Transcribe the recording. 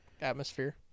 atmosphere